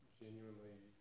genuinely